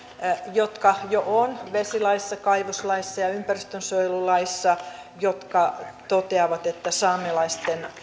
jotka jo ovat vesilaissa kaivoslaissa ja ja ympäristönsuojelulaissa jotka toteavat että saamelaisten